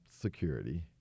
security